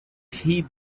heed